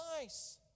nice